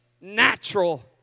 natural